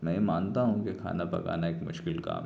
میں یہ مانتا ہوں کہ کھانا پکانا ایک مشکل کام ہے